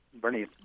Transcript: Bernie